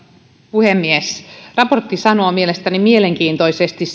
puhemies raportti sanoo mielestäni mielenkiintoisesti